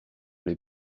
les